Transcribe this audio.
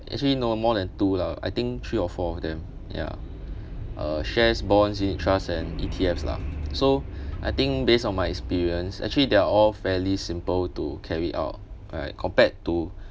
actually no more than two lah I think three or four of them ya uh shares bonds unit trust and E_T_Fs lah so I think based on my experience actually they're all fairly simple to carry out like compared to